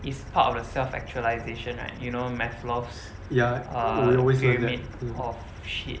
it's part of the self actualisation right you know maslow's uh pyramid of shit